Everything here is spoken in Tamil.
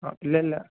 ஆ இல்லை இல்லை